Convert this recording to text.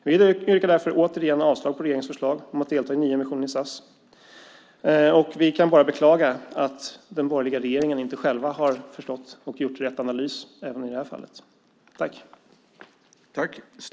Vi yrkar därför återigen avslag på regeringens förslag om att delta i nyemissionen i SAS, och vi kan bara beklaga att den borgerliga regeringen inte själva har förstått och gjort rätt analys även i det här fallet.